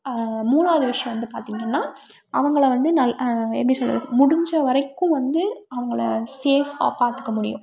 மூணாவது விஷயம் வந்து பார்த்தீங்கன்னா அவங்களை வந்து நல்லா எப்படி சொல்வது முடிஞ்சவரைக்கும் வந்து அவங்களை சேஃப்பாக பார்த்துக்கமுடியும்